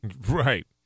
Right